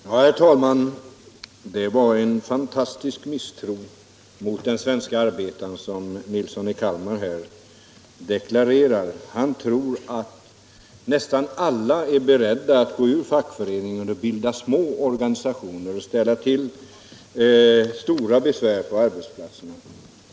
Herr talman! Det var en fantastisk misstro mot den svenska arbetaren som herr Nilsson i Kalmar här deklarerar. Han tror att nästan alla är beredda att gå ur fackföreningen, bilda små organisationer och ställa till stora besvär på arbetsplatserna.